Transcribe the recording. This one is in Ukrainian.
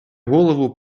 голову